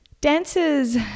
Dancers